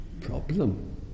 Problem